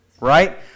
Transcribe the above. right